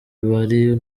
bari